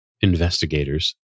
investigators